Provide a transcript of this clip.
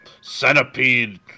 centipede